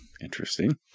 Interesting